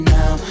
Now